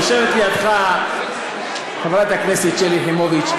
יושבת לידך חברת הכנסת שלי יחימוביץ,